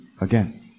again